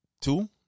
two